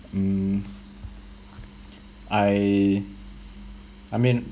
mm I I mean